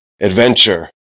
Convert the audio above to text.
adventure